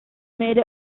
made